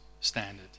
standard